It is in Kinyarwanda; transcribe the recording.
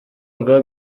rwa